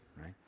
right